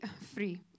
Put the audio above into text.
Free